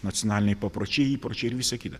nacionaliniai papročiai įpročiai ir visa kita